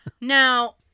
Now